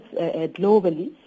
globally